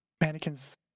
mannequin's